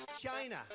China